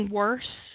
worse